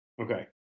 Okay